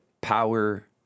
power